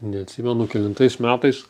neatsimenu kelintais metais